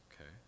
Okay